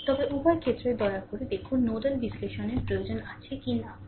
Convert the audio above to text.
তবে তবে উভয় ক্ষেত্রে দয়া করে দেখুন নোডাল বিশ্লেষণের প্রয়োজন আছে কি না